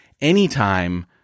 anytime